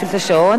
כן, גברתי.